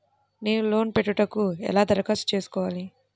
నేను లోన్ పెట్టుకొనుటకు ఎలా దరఖాస్తు చేసుకోవాలి?